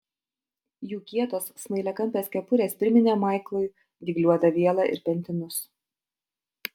jų kietos smailiakampės kepurės priminė maiklui dygliuotą vielą ir pentinus